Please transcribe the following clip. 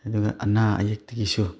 ꯑꯗꯨꯒ ꯑꯅꯥ ꯑꯌꯦꯛꯇꯒꯤꯁꯨ